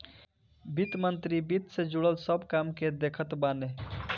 वित्त मंत्री वित्त से जुड़ल सब काम के देखत बाने